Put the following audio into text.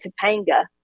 Topanga